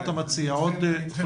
מה אתה מציע, בעוד חודשיים?